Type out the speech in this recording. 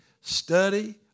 study